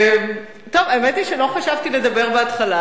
האמת היא שלא חשבתי לדבר בהתחלה,